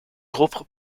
groupe